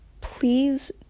please